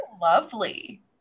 lovely